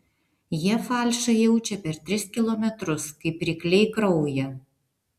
jie falšą jaučia per tris kilometrus kaip rykliai kraują